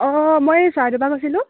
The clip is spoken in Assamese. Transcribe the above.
অঁ মই চৰাইদেউৰ পৰা কৈছিলোঁ